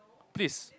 please